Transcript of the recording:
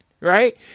right